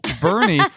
Bernie